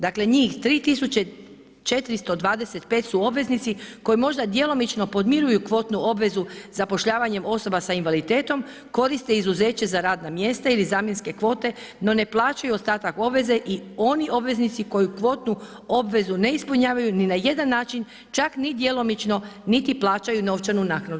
Dakle, njih 3425 su obveznici koji možda djelomično podmiruju kvotnu obvezu zapošljavanjem osoba sa invaliditetom, koriste izuzeće za radna mjesta ili zamjenske kvote, no ne plaćaju ostatak obveze i oni obveznici koji kvotnu obvezu ne ispunjavaju ni na jedan način, čak ni djelomično, niti plaćaju novčanu naknadu.